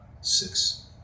six